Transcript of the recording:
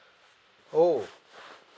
oh